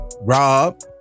rob